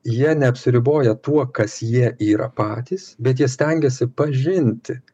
jie neapsiriboja tuo kas jie yra patys bet jie stengiasi pažinti